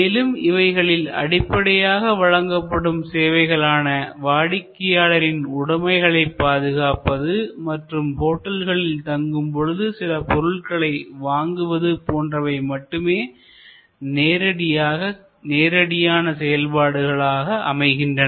மேலும் இவைகளில் அடிப்படையாக வழங்கப்படும் சேவைகளான வாடிக்கையாளரின் உடமைகளை பாதுகாப்பது மற்றும் ஹோட்டல்களில் தங்கும் பொழுது சில பொருட்களை வாங்குவது போன்றவை மட்டுமே நேரடியான செயல்பாடுகளாக அமைகின்றன